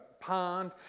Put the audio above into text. pond